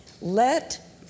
Let